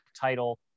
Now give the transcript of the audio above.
title